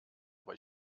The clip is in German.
aber